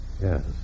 Yes